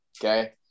Okay